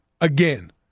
again